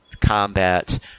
combat